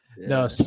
No